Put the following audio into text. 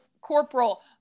Corporal